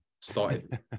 started